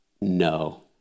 No